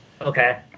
Okay